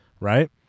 Right